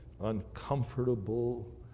uncomfortable